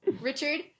Richard